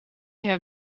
have